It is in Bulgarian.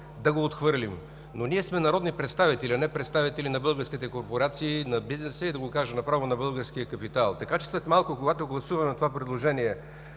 да го отхвърлим. Ние обаче сме народни представители, а не представители на българските корпорации, на бизнеса, да го кажа направо – на българския капитал. Следователно след малко, когато гласуваме предложението